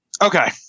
Okay